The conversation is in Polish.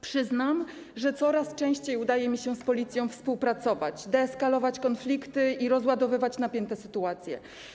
Przyznam, że coraz częściej udaje mi się z policją współpracować, deeskalować konflikty i rozładowywać napięte sytuacje.